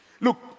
Look